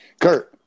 Kurt